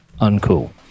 uncool